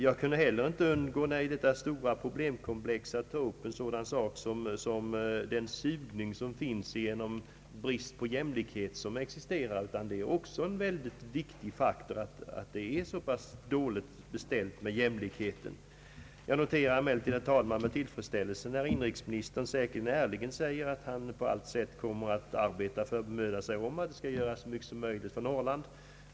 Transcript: Jag kunde heller inte underlåta att i samband med detta stora problemkomplex nämna bristen på jämlikhet. Det är också en väldigt viktig faktor att det är så dåligt beställt med den. Jag noterar emellertid, herr talman, med tillfredsställelse att inrikesministern — säkerligen ärligt — säger att han på allt sätt kommer att bemöda sig om att göra så mycket som möjligt för Norrland.